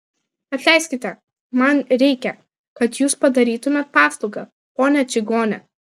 atleiskite man reikia kad jūs padarytumėte paslaugą ponia čigone